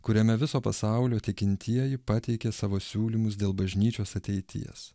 kuriame viso pasaulio tikintieji pateikė savo siūlymus dėl bažnyčios ateities